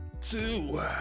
two